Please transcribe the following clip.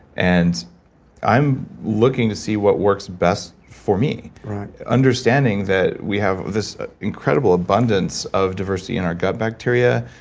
and i'm looking to see what works best for me understanding that we have this incredible abundance of diversity in our gut bacteria.